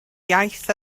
iaith